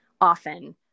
often